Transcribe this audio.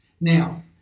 Now